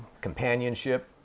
companionship